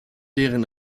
deren